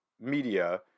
media